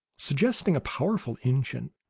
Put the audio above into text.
suggesting a powerful engine,